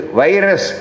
virus